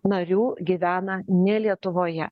narių gyvena ne lietuvoje